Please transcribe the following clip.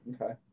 okay